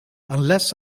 unless